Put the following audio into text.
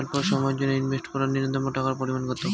স্বল্প সময়ের জন্য ইনভেস্ট করার নূন্যতম টাকার পরিমাণ কত?